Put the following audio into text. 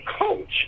coach